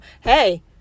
hey